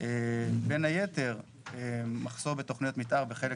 בין היתר מחסור בתכניות מתאר בחלק